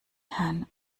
herrn